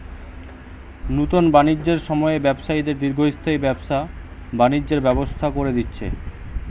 নুতন বাণিজ্যের সময়ে ব্যবসায়ীদের দীর্ঘস্থায়ী ব্যবসা বাণিজ্যের ব্যবস্থা কোরে দিচ্ছে